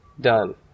done